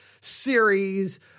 series